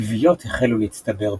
גוויות החלו להצטבר ברחובות.